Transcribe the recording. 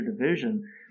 division